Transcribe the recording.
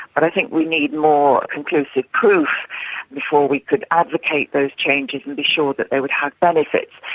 but i think we need more conclusive proof before we could advocate those changes and be sure that they would have benefits.